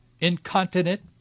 incontinent